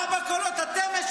אדוני, הוא